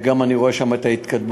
אני גם רואה שם את ההתקדמות.